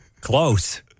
Close